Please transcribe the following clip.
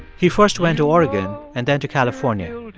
he first went to oregon and then to california.